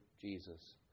Jesus